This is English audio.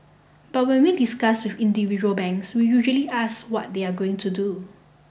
but when we discuss individual banks we usually ask what they are going to do